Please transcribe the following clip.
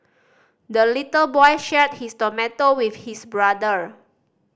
the little boy shared his tomato with his brother